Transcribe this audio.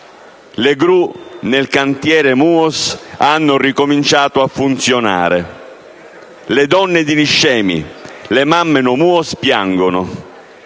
le gru nel cantiere MUOS hanno ricominciato a funzionare. Le donne di Niscemi e le mamme «No MUOS» piangono.